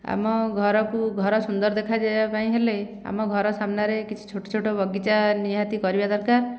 ଆମ ଘରକୁ ଘର ସୁନ୍ଦର ଦେଖାଯିବା ପାଇଁ ହେଲେ ଆମ ଘର ସାମ୍ନାରେ କିଛି ଛୋଟ ଛୋଟ ବଗିଚା ନିହାତି କରିବା ଦରକାର